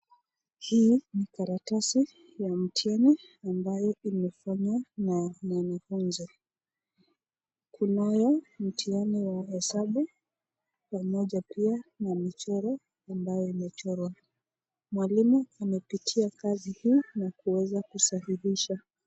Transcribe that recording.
Hii ni karatasi ya mtihani ambayo imefanywa na mwanafunzi, kunayo mtihani wa hesabu ,pamoja pia na michoro ambayo imechorwa, mwalimu amepitia kazi hii na kuweza kusahihisha.